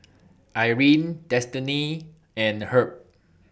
Irene Destiney and Herb